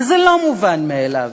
וזה לא מובן מאליו.